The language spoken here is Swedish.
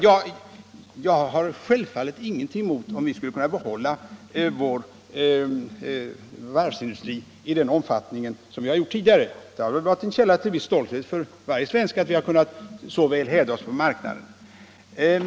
Jag har självfallet ingenting emot om vi skulle kunna behålla vår varvsindustri i den omfattning som den haft tidigare. Det har varit en viss källa till stolthet för varje svensk att vi har kunnat hävda oss så väl på marknaden.